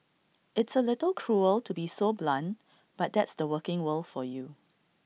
it's A little cruel to be so blunt but that's the working world for you